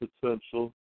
potential